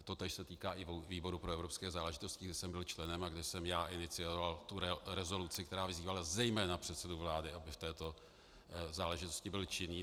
Totéž se týká výboru pro evropské záležitosti, kde jsem byl členem a kde jsem já inicioval rezoluci, která vyzývala zejména předsedu vlády, aby v této záležitosti byl činný.